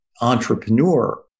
entrepreneur